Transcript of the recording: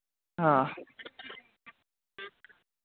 हां